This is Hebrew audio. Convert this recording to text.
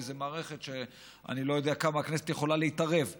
כי זו מערכת שאני לא יודע כמה הכנסת יכולה להתערב בה.